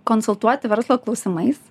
konsultuoti verslo klausimais